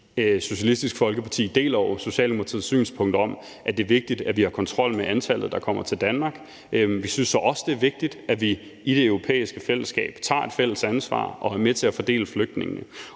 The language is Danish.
Socialistisk Folkeparti deler jo Socialdemokratiets synspunkt om, at det er vigtigt, at vi har kontrol med det antal, der kommer til Danmark. Vi synes så også, det er vigtigt, at vi i det europæiske fællesskab tager et fælles ansvar for at fordele flygtningene.